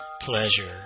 pleasure